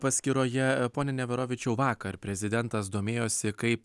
paskyroje pone neverovičiau vakar prezidentas domėjosi kaip